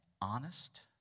honest